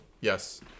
Yes